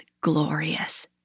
glorious